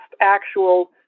actual